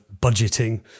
budgeting